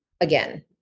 again